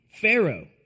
Pharaoh